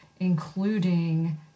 Including